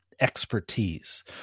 expertise